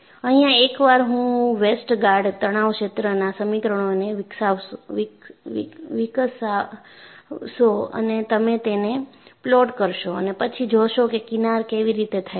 અહિયાં એકવાર હું વેસ્ટરગાર્ડ તણાવ ક્ષેત્રના સમીકરણને વિકસાવશો અને તમે તેને પ્લોટ કરશો અને પછી જોશો કે કિનાર કેવી રીતે થાય છે